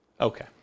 Okay